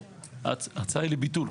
ההצעה היא לביטול.